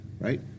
right